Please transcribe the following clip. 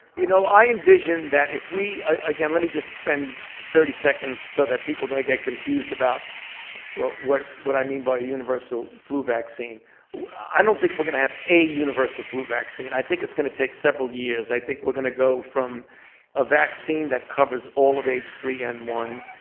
you know, i envision that if we again, let me just spend thirty seconds so that people don't get confused about what what i mean by universal flu vaccine i don't think we're going to have a universal flu vaccine. i think it's going to take several years, i think we're going to go from a vaccine that covers all of h three n one,